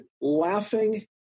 laughing